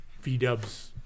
V-dubs